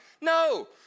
No